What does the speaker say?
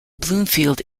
bloomfield